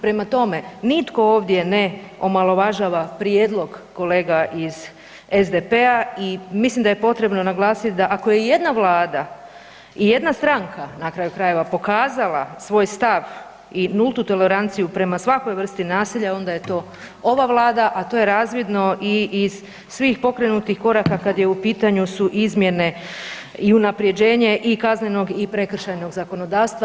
Prema tome, nitko ovdje ne omalovažava prijedlog kolega iz SDP-a i mislim da je potrebno naglasiti da ako je jedna Vlada i jedna stranka na kraju krajeva pokazala svoj stav i nultu toleranciju prema svakoj vrsti nasilja onda je to ova Vlada, a to je razvidno i iz svih pokrenutih koraka kad je u pitanju su izmjene i unapređenje i kaznenog i prekršajnog zakonodavstva.